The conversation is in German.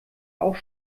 auch